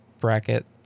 bracket